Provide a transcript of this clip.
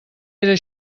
era